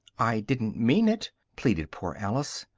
i didn't mean it! pleaded poor alice,